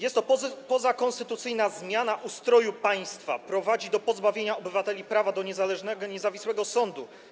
Jest to pozakonstytucyjna zmiana ustroju państwa, prowadzi do pozbawienia obywateli prawa do niezależnego, niezawisłego sądu.